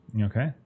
Okay